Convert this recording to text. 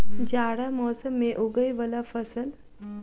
जाड़ा मौसम मे उगवय वला फसल?